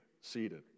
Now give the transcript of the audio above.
seated